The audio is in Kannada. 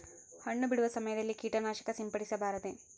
ಹಣ್ಣು ಬಿಡುವ ಸಮಯದಲ್ಲಿ ಕೇಟನಾಶಕ ಸಿಂಪಡಿಸಬಾರದೆ?